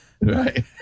Right